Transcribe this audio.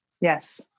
yes